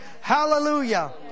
Hallelujah